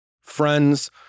friends